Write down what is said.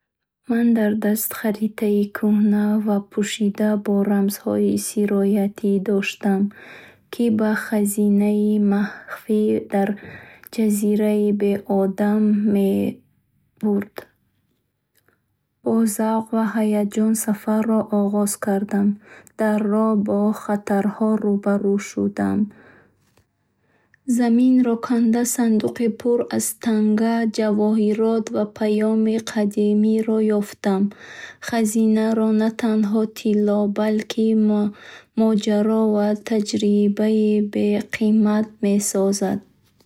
Ман дар даст харитаи куҳна ва пӯшида бо рамзҳои сироятӣ доштам, ки ба хазинаи махфӣ дар ҷазираи беодам мебурд. Бо завқ ва ҳаяҷон сафарро оғоз кардам. Дар роҳ бо хатарҳо рӯбарӯ шудам. Заминиро канда сандуқи пур аз танга, ҷавоҳирот ва паёми қадимиро ёфтам. Хазинаро на танҳо тилло, балки моҷаро ва таҷрибаи беқимат месозад.